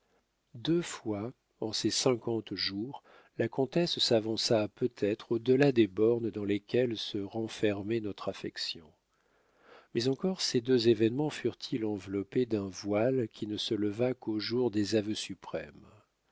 deux fois en ces cinquante jours la comtesse s'avança peut-être au delà des bornes dans lesquelles se renfermait notre affection mais encore ces deux événements furent-ils enveloppés d'un voile qui ne se leva qu'au jour des aveux suprêmes